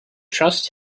trust